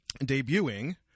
debuting